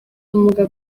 ubumuga